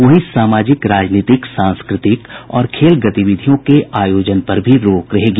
वहीं सामाजिक राजनीतिक सांस्कृतिक और खेल गतिविधियों के आयोजन पर भी रोक रहेगी